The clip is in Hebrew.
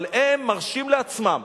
אבל הם מרשים לעצמם